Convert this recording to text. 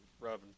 Robin